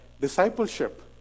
discipleship